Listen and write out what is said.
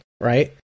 Right